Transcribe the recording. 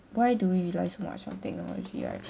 why do we rely so much on technology right